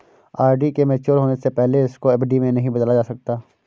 RD के mature होने से पहले इसको एफ.डी में नहीं बदला जा सकता